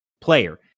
player